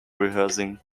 rehearsing